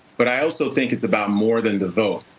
but i also think it's about more than the vote.